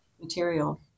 material